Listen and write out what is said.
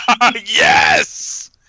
Yes